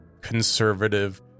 conservative